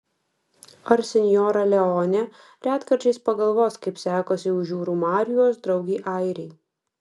ar sinjora leonė retkarčiais pagalvos kaip sekasi už jūrų marių jos draugei airei